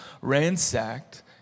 ransacked